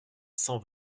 cent